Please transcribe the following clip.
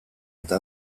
eta